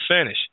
finish